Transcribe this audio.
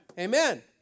Amen